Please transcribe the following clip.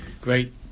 great